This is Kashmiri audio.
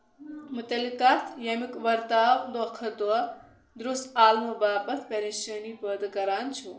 مُتٔعلِق کَتھ ییٚمِیُک ورتاو دۄہ کھۄتہٕ دۄہ درُست عالمہٕ باپَتھ پَریشٲنی پٲدٕ کران چھُ